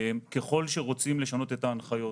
ככל שרוצים לשנות את ההנחיות,